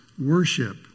worship